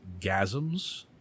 gasms